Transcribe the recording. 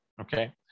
okay